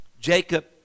Jacob